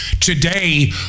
Today